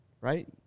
Right